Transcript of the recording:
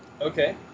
Okay